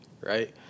right